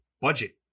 Budget